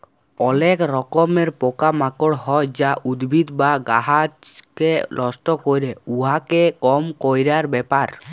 অলেক রকমের পকা মাকড় হ্যয় যা উদ্ভিদ বা গাহাচকে লষ্ট ক্যরে, উয়াকে কম ক্যরার ব্যাপার